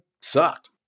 sucked